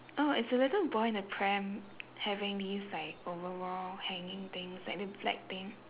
oh is the little boy in the pram having these like overall hanging things like the black thing